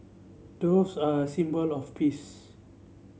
doves are a symbol of peace